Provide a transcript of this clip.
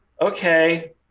okay